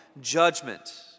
judgment